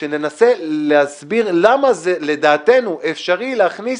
שננסה להסביר למה לדעתנו אפשרי להכניס